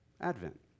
Advent